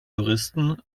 touristen